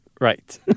Right